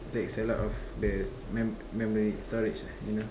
takes a lot of the me~ memory storage ah you know